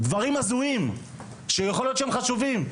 דברים הזויים שיכול להיות שהם חשובים.